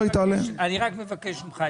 רק מבקש ממך,